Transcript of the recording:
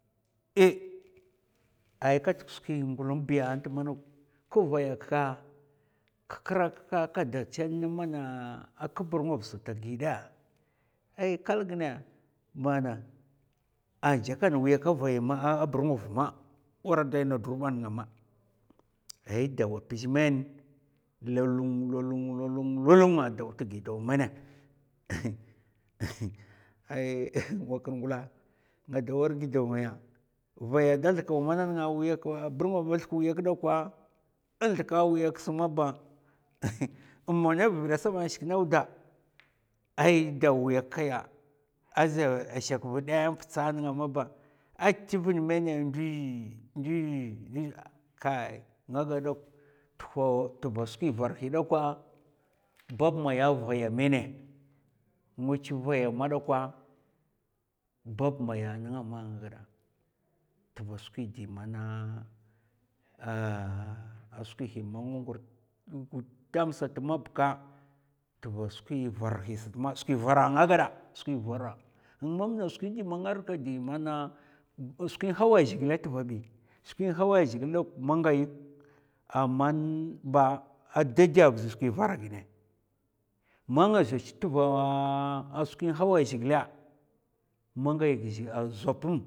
A, ai katak skwi ngul nbiya nta manok kha vaya ka, kak kir a kada chan mana burngova sata a ghidɓ? Ai kal ghinna mana a jakan wi a burngov ma war a dai na durpa nènga ma ai dawa mpzè mèn lolun lolun lolun lolun a daw ta gidaw mèna ai wa kir ngula nga dwa war gidaw ngaya, vaya da zlakaw mana nènga a wuyak dakwa a burngova a wuyak dakwa in zlaka wuyak sa maba, in monna vhèvid da saba an shik naw da ai daw wuyak kaya, aza shèk vdɓ in ptsa nènga maba, a tuvnna mèn ndwèz ndwèz ndwèz kai nga ghad dawk tva skwi varhi da kwa bab maya vaya mèna nga chu vaya madakwa bab maya nènga ma a nga ghada tva skwi di mana ahhh a skwi man nga ngur gudam sat mab ka tva skwi varhi sat ma. skwi var a nga gwada, skwi vara a. mam na skwi ɗi mana nga rikka di mana skwin hawa zhigikè a tva bi, skwin hawa zhigilè nènga mangayèèk aman ba tè dè vzi skwi vara ginè. man ngaza chu tva a skwin hawa zhigilɓ mangayèèk a zopum,